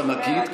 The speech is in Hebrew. זכות ענקית.